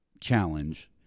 challenge